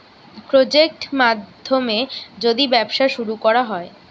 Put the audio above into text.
project মাধ্যমে যদি ব্যবসা শুরু করা হয়